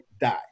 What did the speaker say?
die